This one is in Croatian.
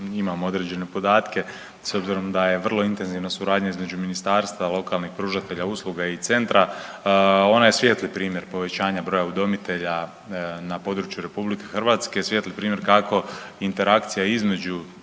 imam određene podatke s obzirom da je vrlo intenzivna suradnja između ministarstva, lokalnih pružatelja usluga i centra. Ona je svijetli primjer povećanja broja udomitelja na području RH, svijetli primjer kako interakcija između